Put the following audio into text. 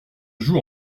joue